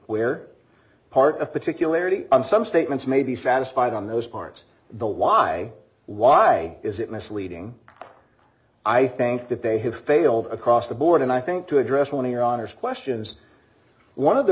where part of particularity and some statements may be satisfied on those parts why why is it misleading i think that they have failed across the board and i think to address one of your honor's questions one of the